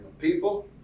People